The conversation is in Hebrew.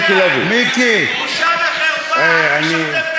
בושה וחרפה, אתה משכתב את